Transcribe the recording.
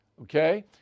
okay